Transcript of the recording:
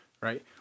right